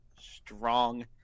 Strong